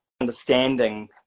understanding